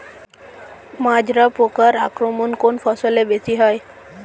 মাজরা পোকার আক্রমণ কোন ফসলে বেশি হয়?